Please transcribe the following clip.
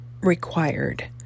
required